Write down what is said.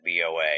BOA